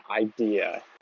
idea